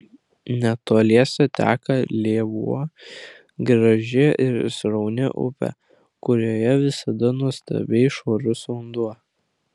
netoliese teka lėvuo graži ir srauni upė kurioje visada nuostabiai švarus vanduo